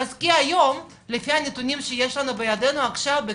כי היום לפי הנתונים שיש בידנו עכשיו,